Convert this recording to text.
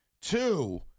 Two